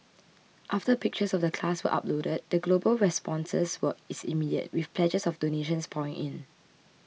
after pictures of the class were uploaded the global responses was immediate with pledges of donations pouring in